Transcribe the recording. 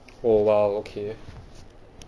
oh !wow! okay